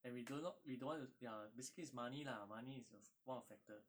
and we do not we don't want to ya basically it's money lah money is one of the factor